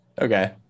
Okay